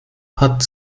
hat